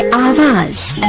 of us,